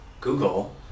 Google